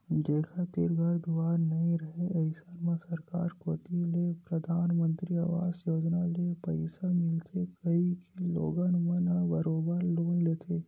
जेखर तीर घर दुवार नइ राहय अइसन म सरकार कोती ले परधानमंतरी अवास योजना ले पइसा मिलथे कहिके लोगन मन ह बरोबर लोन लेथे